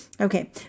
Okay